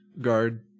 Guard